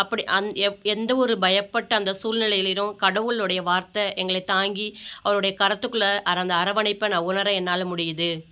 அப்படி அந் எப் எந்த ஒரு பயப்பட்ட அந்த சூழ்நிலையிலும் கடவுளுடைய வார்த்தை எங்களைத் தாங்கி அவருடைய கரத்துக்குள்ளே அந்த அரவணைப்பை நான் உணர என்னால் முடியுது